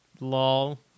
Lol